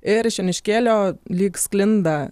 ir iš joniškėlio lyg sklinda